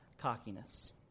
cockiness